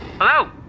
Hello